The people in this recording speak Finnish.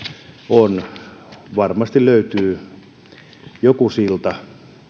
on varmasti löytyy joku silta